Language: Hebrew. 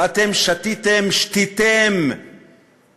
ואתם שתיתם את